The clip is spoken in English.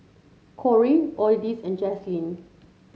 Corie and Jaslene